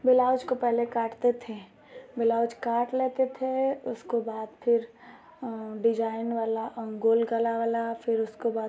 blouse को पहेले काटते थे बेलाउज काट लेते थे उसको बाद फिर डिजाइन वाला गोल गला वाला फिर उसके बाद